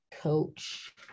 coach